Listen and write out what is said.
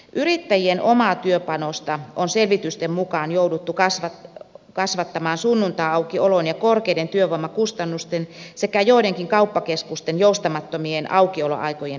yrittäjien omaa työpanosta on selvitysten mukaan jouduttu kasvattamaan sunnuntaiaukiolon ja korkeiden työvoimakustannusten sekä joidenkin kauppakeskusten joustamattomien aukioloaikojen vuoksi